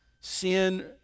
Sin